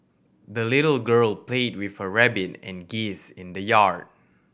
the little girl played with her rabbit and geese in the yard